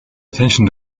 attention